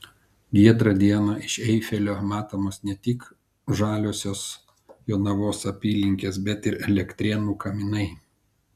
giedrą dieną iš eifelio matomos ne tik žaliosios jonavos apylinkės bet ir elektrėnų kaminai